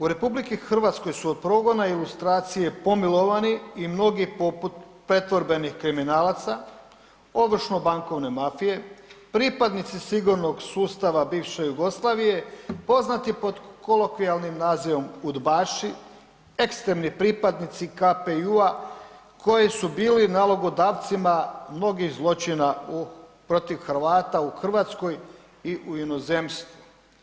U RH su od progona i lustracije pomilovani i mnogi poput pretvorbenih kriminalaca, ovršno bankovne mafije, pripadnici sigurnog sustava bivše Jugoslavije, poznati pod kolokvijalnim nazivom UDBA-ši, ekrstremni pripadnici KPJ-a koji su bili nalogodavcima mnogih zločina protiv Hrvata u Hrvatskoj i u inozemstvu.